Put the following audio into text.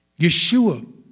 Yeshua